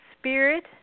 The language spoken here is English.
spirit